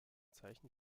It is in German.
zeichen